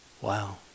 Wow